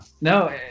No